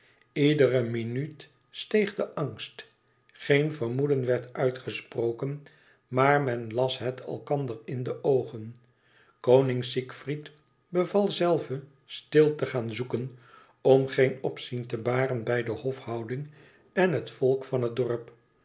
iedere minuut steeg de angst geen vermoeden werd uitgesproken maar men las het elkander in de oogen koning siegfried beval zelve stil te gaan zoeken om geen opzien te baren bij de hofhouding en het volk van het dorp